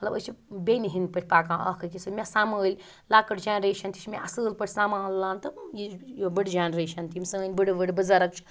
مَطلَب أسۍ چھِ بٮ۪نہِ ہِنٛدۍ پٲٹھۍ پَکان اَکھ أکِس سۭتۍ مےٚ سَمبٲلۍ لۄکٕٹ جَنریٚشٮ۪ن تہِ چھِ مےٚ اَصل پٲٹھۍ سَمالان تہٕ بٕڈٕ جینریٚشٮ۪ن تہِ یِم سٲنۍ بٕڈٕ وٕڈٕ بٕزَرٕگ چھِ